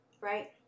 Right